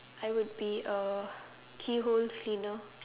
I will be a key hole cleaner